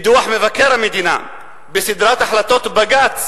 בדוח מבקר המדינה, בסדרת החלטות בג"ץ